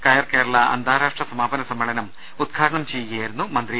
കയർ കേരള അന്താരാഷ്ട്ര സമാ പന സമ്മേളനം ഉദ്ഘാടനം ചെയ്യുകയായിരുന്നു അദ്ദേഹം